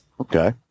Okay